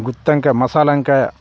గుత్తి వంకాయ మసాలా వంకాయ